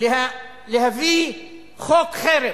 להביא חוק חרם?